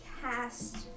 cast